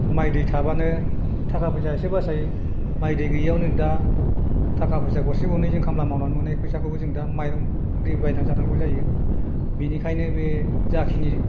माइ दै थाब्लानो थाखा फैसा एसे बासायो माइ दै गैयियाव नै दा थाखा फैसा गरसे गरनै जों खामला मावनाय फैसाखौबो जों दा माइरं दै बायनांगौ गोनां जायो बिनिखायनो बे जाखिनि